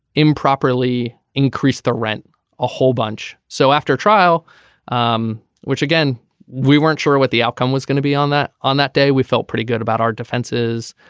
improperly increased the rent a whole bunch so after trial um which again we weren't sure what the outcome was gonna be on that on that day we felt pretty good about our defenses.